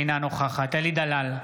אינה נוכחת אלי דלל,